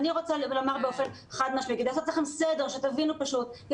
אני רוצה לומר באופן חד משמעי כדי לעשות לכם סדר שתבינו פשוט.